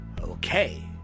Okay